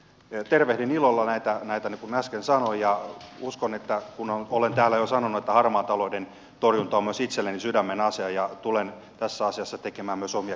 tervehdin ilolla näitä niin kuin äsken sanoin ja olen täällä jo sanonut että harmaan talouden torjunta on myös itselleni sydämenasia ja tulen tässä asiassa tekemään myös omiakin esityksiä